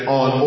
on